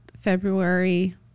February